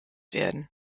werden